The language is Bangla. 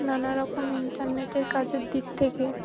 নানাারকম ইন্টারনেটের কাজের দিক থেকে